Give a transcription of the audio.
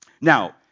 Now